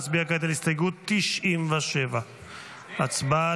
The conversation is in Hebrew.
נצביע כעת על הסתייגות 97. הצבעה על